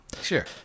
Sure